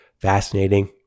Fascinating